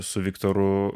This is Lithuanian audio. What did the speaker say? su viktoru